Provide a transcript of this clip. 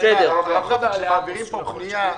--- כשמעבירים פה פנייה,